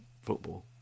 football